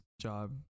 job